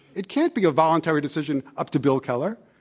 it can't be a voluntary decision up to bill keller.